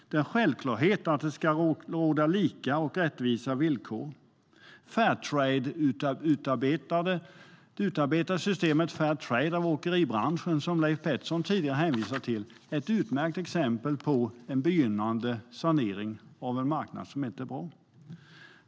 Det är en självklarhet att det ska råda lika och rättvisa villkor. Det av åkeribranschen utarbetade systemet Fair Transport, som Leif Pettersson tidigare hänvisade till, är ett utmärkt exempel på en begynnande sanering av en marknad som inte fungerar bra.